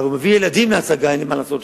אבל הוא מביא ילדים להצגה, אין לי מה לעשות שם.